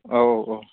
औ औ औ